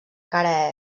cara